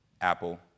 Apple